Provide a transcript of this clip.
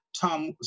Tom